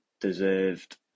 deserved